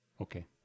Okay